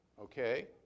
okay